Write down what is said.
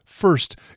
First